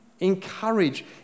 Encourage